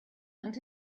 and